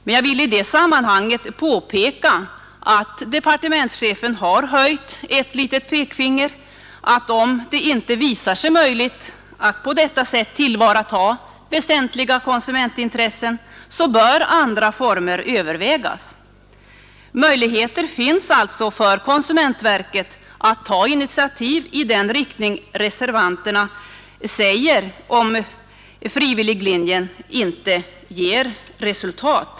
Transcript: Men jag vill i detta sammanhang påpeka att departementschefen har höjt ett varnande pekfinger och framhållit att, om det inte visar sig möjligt att på detta sätt tillvarata väsentliga konsumentintressen, andra former bör övervägas. Möjligheter finns alltså för konsumentverket att ta initiativ i den riktning reservanterna anger, om frivilliglinjen inte ger resultat.